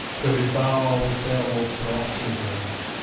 to his bower was beowulf brought in haste,